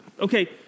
okay